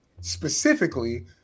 specifically